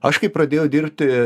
aš kai pradėjau dirbti